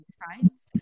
Christ